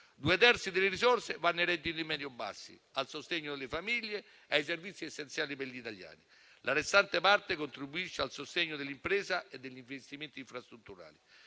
Due terzi delle risorse vanno ai redditi medio bassi, al sostegno delle famiglie, ai servizi essenziali per gli italiani; la restante parte contribuisce al sostegno dell'impresa e degli investimenti infrastrutturali.